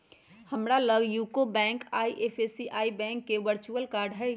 हमरा लग UCO bank आऽ एस.बी.आई बैंक के वर्चुअल कार्ड हइ